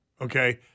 okay